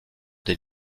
des